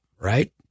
right